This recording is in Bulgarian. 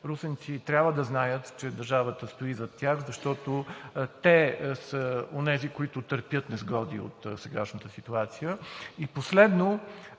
Русенци трябва да знаят, че държавата стои зад тях, защото те са онези, които търпят несгоди от сегашната ситуация. И последно,